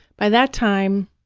by that time,